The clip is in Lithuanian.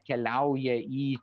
keliauja į